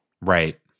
Right